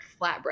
flatbread